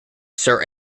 sir